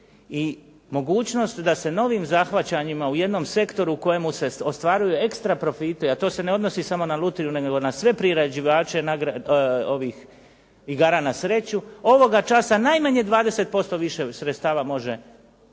i mogućnost da se novim zahvaćanjima u jednom sektoru u kojemu se ostvaruje ekstra profiti, a to se ne odnosi samo na Lutriju, nego na sve privređivače igara na sreću, ovoga časa najmanje 20% više sredstava može